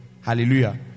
Hallelujah